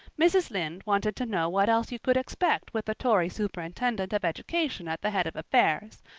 mrs. lynde wanted to know what else you could expect with a tory superintendent of education at the head of affairs,